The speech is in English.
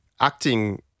acting